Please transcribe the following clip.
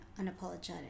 unapologetic